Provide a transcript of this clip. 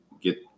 get